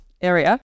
area